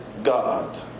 God